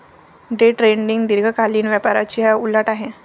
day trading दीर्घकालीन व्यापाराच्या उलट आहे